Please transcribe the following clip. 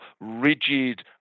rigid